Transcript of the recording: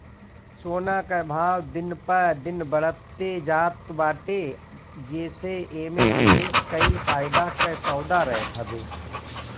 सोना कअ भाव दिन प दिन बढ़ते जात बाटे जेसे एमे निवेश कईल फायदा कअ सौदा रहत हवे